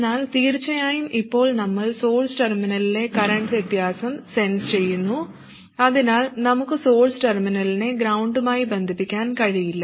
എന്നാൽ തീർച്ചയായും ഇപ്പോൾ നമ്മൾ സോഴ്സ് ടെർമിനലിലെ കറന്റ് വ്യത്യാസം സെൻസ് ചെയ്യുന്നു അതിനാൽ നമുക്ക് സോഴ്സ് ടെർമിനലിനെ ഗ്രൌണ്ടുമായി ബന്ധിപ്പിക്കാൻ കഴിയില്ല